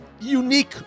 unique